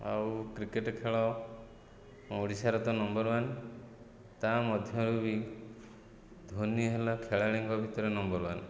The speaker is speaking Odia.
ଆଉ କ୍ରିକେଟ ଖେଳ ଓଡ଼ିଶାର ତ ନମ୍ବର ୱାନ ତା ମଧ୍ୟରୁ ବି ଧୋନି ହେଲା ଖେଳାଳିଙ୍କ ଭିତରେ ନମ୍ବର ୱାନ